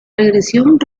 regresión